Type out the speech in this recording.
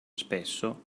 spesso